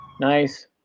Nice